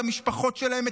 את המשפחות שלהם,